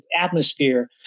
atmosphere